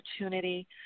opportunity